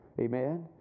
Amen